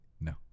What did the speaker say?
No